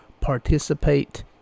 participate